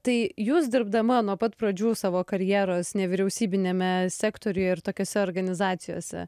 tai jūs dirbdama nuo pat pradžių savo karjeros nevyriausybiniame sektoriuje ir tokiose organizacijose